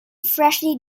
freshly